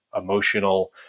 emotional